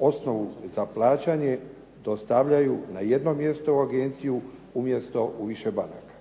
osnovu za plaćanje dostavljaju na jedno mjesto u agenciju umjesto u više banaka.